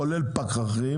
כולל פחחים,